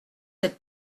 êtes